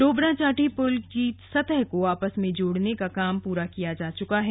डोबराचांठी पुल की सतह को आपस में जोड़ने का काम पूरा किया जा चुका है